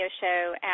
Show